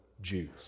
Jews